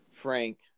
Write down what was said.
Frank